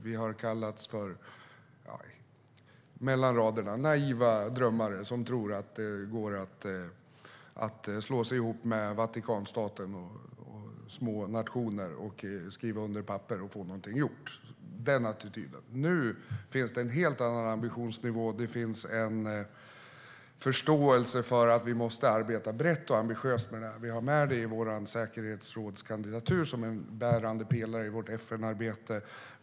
Vi har, mellan raderna, kallats naiva drömmare som tror att det går att slå sig ihop med Vatikanstaten och andra små nationer och skriva under papper och få någonting gjort. Sådan har attityden varit. Nu finns det en helt annan ambitionsnivå. Det finns en förståelse för att vi måste arbeta brett och ambitiöst med det här. I vår säkerhetsrådskandidatur har vi med det som en bärande pelare i vårt FN-arbete.